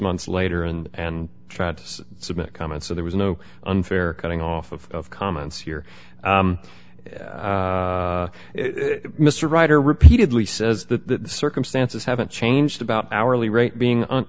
months later and and tried to submit comments so there was no unfair cutting off of comments here mr ryder repeatedly says the circumstances haven't changed about hourly rate being